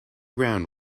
ground